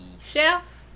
chef